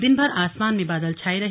दिन भर आसमान में बादल छाये रहे